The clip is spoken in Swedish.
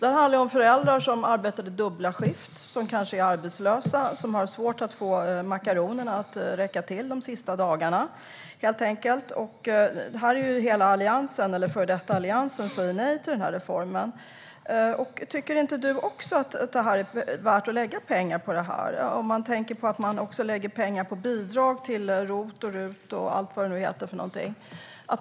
Det handlar om föräldrar som arbetar dubbla skift eller som kanske är arbetslösa och som har svårt att få makaronerna att räcka till. Hela den före detta Alliansen säger nej till den här reformen. Tycker inte du att det är värt att lägga pengar på detta? Man lägger ju pengar på bidrag till ROT och RUT och allt vad det nu heter.